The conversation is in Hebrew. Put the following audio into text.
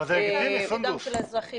אבל זה לגיטימי, סונדוס.